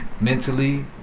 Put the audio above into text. mentally